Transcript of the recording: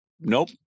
Nope